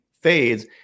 fades